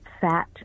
fat